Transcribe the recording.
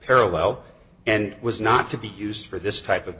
parallel and was not to be used for this type of